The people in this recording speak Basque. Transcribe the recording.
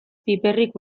piperrik